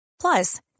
Plus